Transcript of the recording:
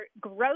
growth